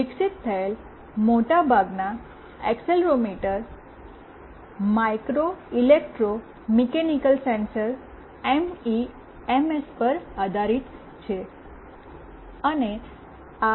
વિકસિત થયેલ મોટાભાગના accelerometer micro electro mechanical sensor MEMS પર આધારિત છે